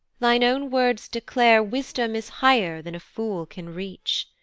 thine own words declare wisdom is higher than a fool can reach.